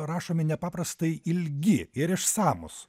rašomi nepaprastai ilgi ir išsamūs